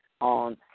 on